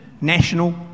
national